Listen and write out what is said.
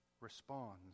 responds